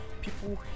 people